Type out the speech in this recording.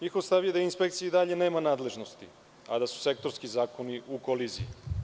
Njihov stav je da inspekcija i dalje nema nadležnosti, a da su sektorski zakoni u koliziji.